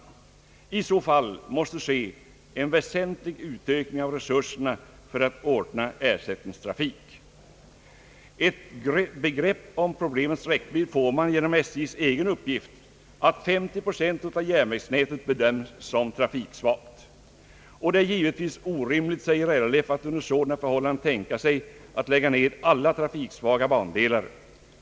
I så fall måste ske en väsentlig utökning av resurserna för att ordna ersättningstrafik. Ett begrepp om problemets räckvidd får man genom SJ:s egen uppgift att 50 procent av järnvägsnätet bedöms som trafiksvagt. Det är givetvis orimligt att under sådana förhållanden tänka sig att lägga ned alla trafiksvaga bandelar.